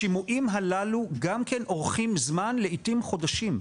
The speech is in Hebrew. השימועים הללו גם כן אורכים זמן, לעיתים חודשים,